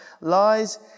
lies